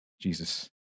Jesus